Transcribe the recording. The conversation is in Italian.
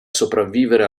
sopravvivere